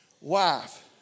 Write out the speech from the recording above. wife